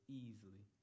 easily